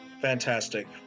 Fantastic